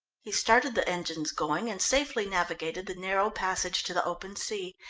he started the engines going, and safely navigated the narrow passage to the open sea.